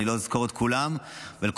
אני לא אזכור את כולם אבל,